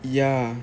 yeah